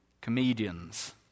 Comedians